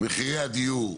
מחירי הדיור יורדים,